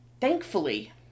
Thankfully